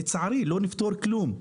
לצערי לא נפתור כלום.